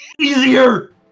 easier